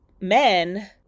men